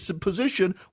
position